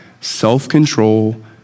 self-control